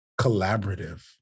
collaborative